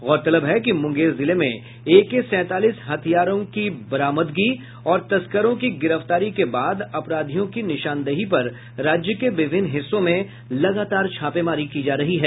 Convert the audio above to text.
गौरतलब है कि मुंगेर जिले में एकेसैंतालीस हथियारों की बरामदगी और तस्करों की गिरफ्तारी के बाद अपराधियों की निशानदेही पर राज्य के विभिन्न हिस्सों में लगातार छापेमारी की जा रही है